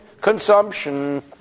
consumption